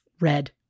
red